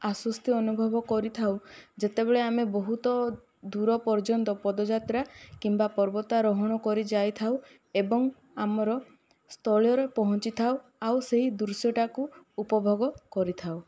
ଆଶ୍ବସ୍ତି ଅନୁଭବ କରିଥାଉ ଯେତେବେଳେ ଆମେ ବହୁତ ଦୂର ପର୍ଯ୍ୟନ୍ତ ପଦଯାତ୍ରା କିମ୍ବା ପର୍ବତ ଆରୋହଣ କରି ଯାଇଥାଉ ଏବଂ ଆମର ସ୍ଥଳ ରେ ପହଞ୍ଚିଥାଉ ଆଉ ସେହି ଦୃଶ୍ୟଟକୁ ଉପଭୋଗ କରିଥାଉ